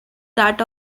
that